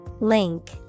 Link